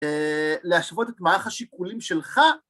‫להשוות את מערך השיקולים שלך.